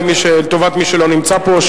לטובת מי שלא נמצא פה,